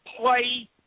play